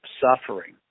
suffering